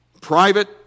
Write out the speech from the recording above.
Private